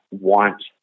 want